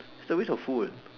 a waste of food